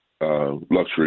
luxury